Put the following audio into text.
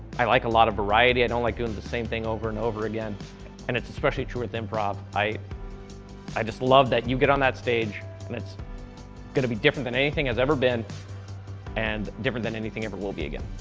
i like a lot of variety. i don't like doing the same thing over and over again and it's especially true with improv. i i just love that you get on that stage and it's gonna be different than anything has ever been and different than anything ever will be again.